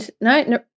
no